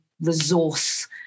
resource